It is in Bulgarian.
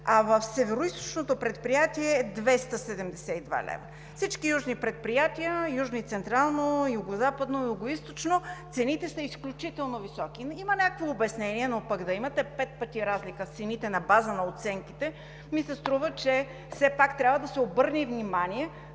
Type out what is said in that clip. а в Североизточното предприятие – е 272 лв.?! Във всички южни предприятия – Южно и Централно, Югозападно и Югоизточно, цените са изключително високи. Има някакво обяснение, но пък да имате пет пъти разлика в цените на база на оценките, ми се струва, че трябва да се обърне внимание